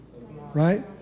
Right